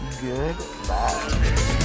Goodbye